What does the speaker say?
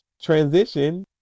transition